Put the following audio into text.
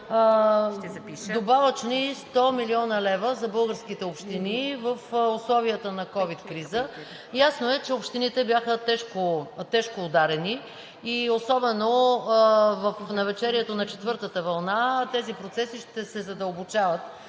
добавъчни 100 млн. лв. за българските общини в условията на ковид криза. Ясно е, че общините бяха тежко ударени, и особено в навечерието на четвъртата вълна тези процеси ще се задълбочават.